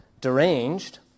deranged